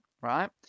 Right